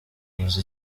uvuze